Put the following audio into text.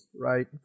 right